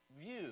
view